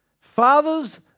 Fathers